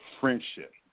friendship